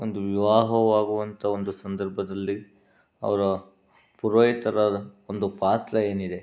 ಒಂದು ವಿವಾಹವಾಗುವಂಥ ಒಂದು ಸಂದರ್ಭದಲ್ಲಿ ಅವರ ಪುರೋಹಿತರಾದ ಒಂದು ಪಾತ್ರ ಏನಿದೆ